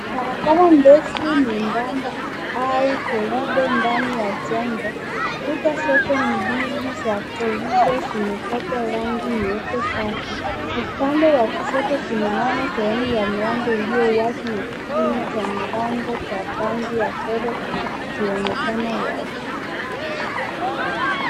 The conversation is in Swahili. Barabara ndefu nyembamba au corridor ndani ya jengo, kuta zote mbili za corridor zimepakwa rangi nyeupe safi. Upande wa kushoto tunaona sehemu ya mlango ulio wazi na kipini cha mlango cha rangi ya fedha kikionekana wazi.